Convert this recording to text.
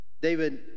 David